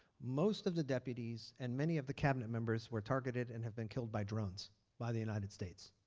most of the deputies and many of the cabinet members were targeted and have been killed by drones by the united states.